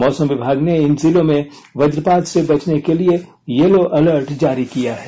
मौसम विभाग ने इन जिलों में वजपात से बचने के लिए येलो अलर्ट जारी किया है